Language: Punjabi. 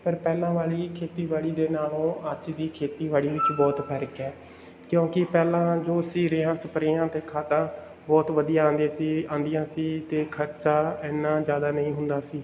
ਪਰ ਪਹਿਲਾਂ ਵਾਲੀ ਖੇਤੀਬਾੜੀ ਦੇ ਨਾਲੋਂ ਅੱਜ ਦੀ ਖੇਤੀਬਾੜੀ ਵਿੱਚ ਬਹੁਤ ਫ਼ਰਕ ਹੈ ਕਿਉਂਕਿ ਪਹਿਲਾਂ ਜੋ ਸੀ ਰੇਹਾਂ ਸਪਰੇਆਂ ਅਤੇ ਖਾਦਾਂ ਬਹੁਤ ਵਧੀਆ ਆਉਂਦੇ ਸੀ ਆਉਂਦੀਆਂ ਸੀ ਅਤੇ ਖ਼ਰਚਾ ਇੰਨਾ ਜ਼ਿਆਦਾ ਨਹੀਂ ਹੁੰਦਾ ਸੀ